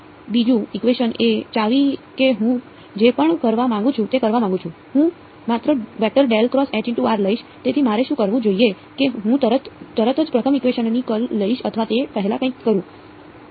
બીજું ઇકવેશન એ ચાવી છે કે હું જે પણ કરવા માંગુ છું તે કરવા માંગુ છું હું માત્ર લઇશ તેથી મારે શું કરવું જોઈએ કે હું તરત જ પ્રથમ ઇકવેશન ની કર્લ લઈશ અથવા તે પહેલાં કંઈક કરું